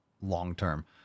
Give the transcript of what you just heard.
long-term